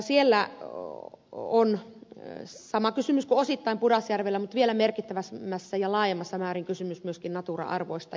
siellä on osittain sama kysymys kuin pudasjärvellä mutta vielä merkittävämmässä ja laajemmassa määrin kysymys myöskin natura arvoista